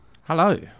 Hello